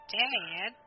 dad